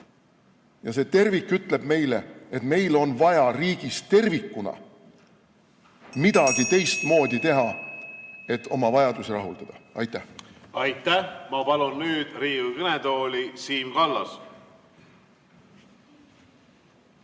See tervik ütleb, et meil on vaja riigis tervikuna midagi teistmoodi teha, et oma vajadusi rahuldada. Aitäh! Aitäh! Ma palun Riigikogu kõnetooli Siim Kallase.